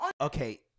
Okay